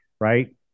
right